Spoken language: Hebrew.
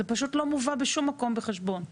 זה פשוט לא מובא בשום מקום בחשבון.